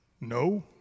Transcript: No